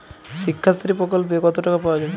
শিক্ষাশ্রী প্রকল্পে কতো টাকা পাওয়া যাবে?